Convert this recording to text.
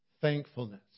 thankfulness